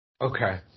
Okay